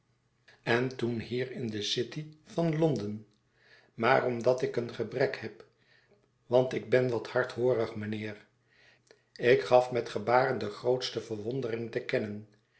en toen hier in de city van louden maar omdat ik een gebrek heb want ik ben wat hardhoorig mijnheer ik gaf met gebaren de grootste verwondering te kennen